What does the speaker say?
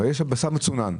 יש בשר מצונן.